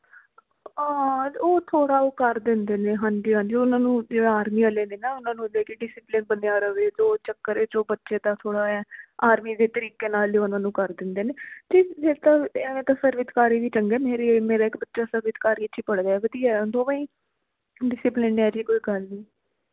ਆਹ ਹਾਂ ਉਹ ਥੋੜ੍ਹਾ ਉਹ ਕਰ ਦਿੰਦੇ ਨੇ ਹਾਂਜੀ ਹਾਂਜੀ ਉਹਨਾਂ ਨੂੰ ਜਿਵੇਂ ਆਰਮੀ ਵਾਲੇ ਨੇ ਨਾ ਉਹਨਾਂ ਨੂੰ ਦੇਖ ਕੇ ਡਿਸਿਪਲਿਨ ਬਣਿਆ ਰਵੇ ਤੋ ਉਹ ਚੱਕਰ ਹੈ ਜੋ ਬੱਚੇ ਦਾ ਥੋੜ੍ਹਾ ਹੈ ਆਰਮੀ ਦੇ ਤਰੀਕੇ ਨਾਲ ਹੀ ਉਹਨਾਂ ਨੂੰ ਕਰ ਦਿੰਦੇ ਨੇ ਅਤੇ ਜੇਕਰ ਐਵੇਂ ਤਾਂ ਸਰਬਿਤਕਾਰੀ ਵੀ ਚੰਗਾ ਹੈ ਮੇਰੇ ਮੇਰਾ ਇੱਕ ਬੱਚਾ ਸਰਬਤਕਾਰੀ 'ਚ ਹੀ ਪੜ੍ਹਦਾ ਹੈ ਵਧੀਆ ਹੈ ਦੋਵੇਂ ਹੀ ਡਿਸਿਪਲਿਨਡ ਨੇ ਐਹੋ ਜਿਹੀ ਕੋਈ ਗੱਲ ਨਹੀਂ